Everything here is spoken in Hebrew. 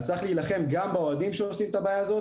אז צריך להילחם גם באוהדים שעושים את הבעיה הזאת